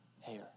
hair